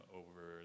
over